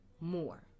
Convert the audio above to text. more